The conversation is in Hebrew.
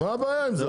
מה הבעיה עם זה?